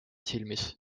silmis